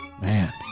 Man